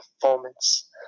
performance